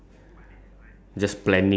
but depends ah C_C_A is